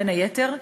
בין היתר,